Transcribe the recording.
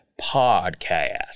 Podcast